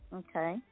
okay